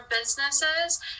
businesses